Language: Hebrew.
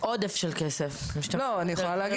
אני מלווה אותה.